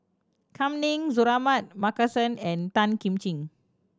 Kam Ning Suratman Markasan and Tan Kim Ching